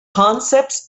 concepts